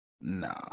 nah